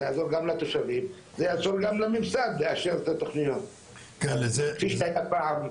זה יעזור גם לתושבים וזה יעזור גם לממסד לאשר את התוכניות כפי שהיה פעם,